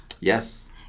Yes